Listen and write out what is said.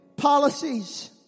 Policies